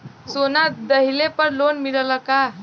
सोना दहिले पर लोन मिलल का?